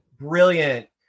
brilliant